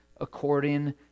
according